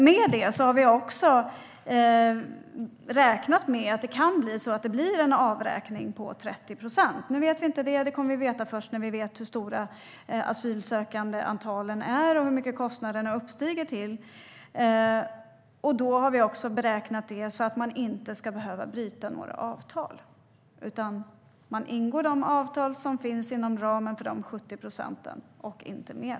Med det har vi också räknat med att det kan bli en avräkning på 30 procent. Vi vet inte det nu, utan det kommer vi att veta först när vi vet hur stora asylsökandetalen är och hur mycket kostnaderna uppgår till. Vi har också beräknat det så att man inte ska behöva bryta några avtal, utan man ingår de avtal som finns inom ramen för de 70 procenten och inte mer.